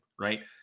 Right